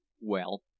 Well